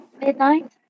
Midnight